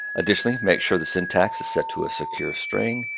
additionally, make sure the syntax is set to a securestring,